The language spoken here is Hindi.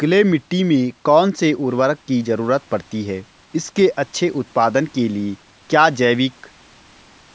क्ले मिट्टी में कौन से उर्वरक की जरूरत पड़ती है इसके अच्छे उत्पादन के लिए क्या जैविक